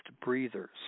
breathers